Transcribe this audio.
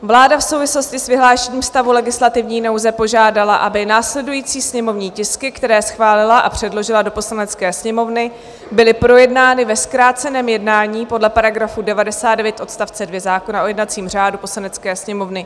Vláda v souvislosti s vyhlášením stavu legislativní nouze požádala, aby následující sněmovní tisky, které schválila a předložila do Poslanecké sněmovny, byly projednány ve zkráceném jednání podle § 99 odst. 2 zákona o jednacím řádu Poslanecké sněmovny.